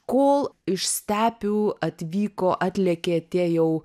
kol iš stepių atvyko atlėkė tie jau